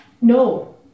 No